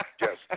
Yes